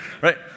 Right